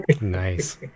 Nice